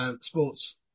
sports